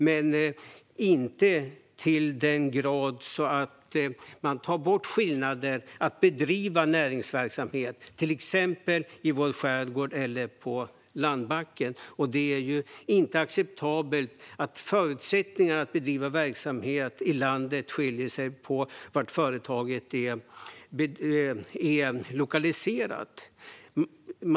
Men man gör det inte i en sådan grad att det tar bort skillnader mellan att bedriva näringsverksamhet i till exempel vår skärgård och på landbacken. Det är inte acceptabelt att förutsättningar för att bedriva verksamhet skiljer sig åt beroende på var i landet företaget är lokaliserat.